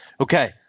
Okay